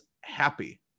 happy